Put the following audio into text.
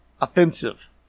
offensive